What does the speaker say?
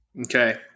Okay